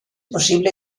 posible